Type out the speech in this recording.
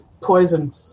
poison